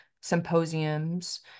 symposiums